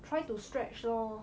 try to stretch lor